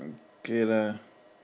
okay lah